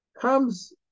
comes